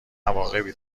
عواقبی